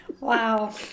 wow